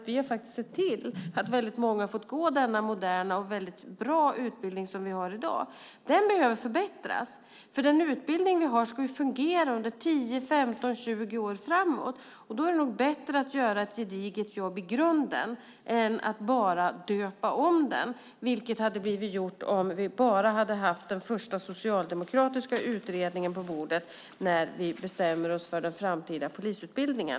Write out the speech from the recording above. Vi har faktiskt sett till att väldigt många har fått gå den moderna och mycket bra utbildning som vi har i dag. Den behöver förbättras. Den utbildning vi har ska ju fungera under 10, 15 eller 20 år framåt. Då är det bättre att göra ett gediget jobb i grunden än att bara döpa om den, vilket hade blivit fallet om vi bara hade haft den första socialdemokratiska utredningen på bordet när vi bestämde oss för den framtida polisutbildningen.